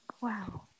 Wow